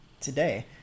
today